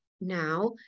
now